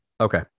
Okay